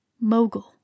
mogul